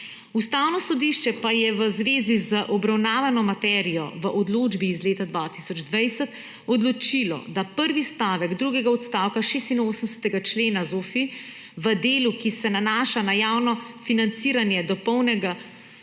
Ustavno sodišče pa je v zvezi z obravnavano materijo v odločbi iz leta 2020 odločilo, da prvi stavek drugega odstavka 86. člena ZOFVI v delu, ki se nanaša na javno financiranje dopolnilnega